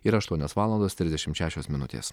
yra aštuonios valandos trisdešim šešios minutės